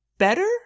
Better